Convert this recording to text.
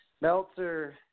Meltzer